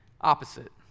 opposite